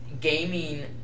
gaming